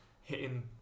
hitting